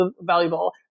valuable